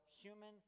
human